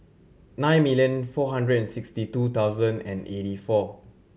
nine million four hundred and sixty two thousand and eighty four